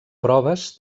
proves